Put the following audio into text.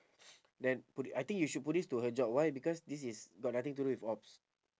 then put it I think you should put this to her job why because this is got nothing to do with ops